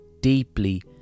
deeply